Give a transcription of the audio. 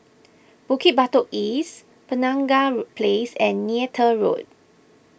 Bukit Batok East Penaga Place and Neythal Road